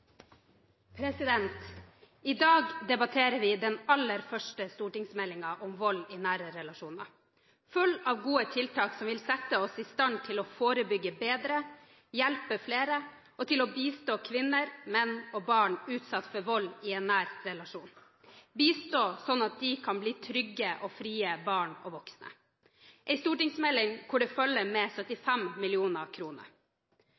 om vold i nære relasjoner – en stortingsmelding full av gode tiltak som vil sette oss i stand til å forebygge bedre, hjelpe flere og til å bistå kvinner, menn og barn som er utsatt for vold i en nær relasjon, bistå slik at de kan bli trygge og frie barn og voksne, en stortingsmelding hvor det følger med